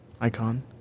icon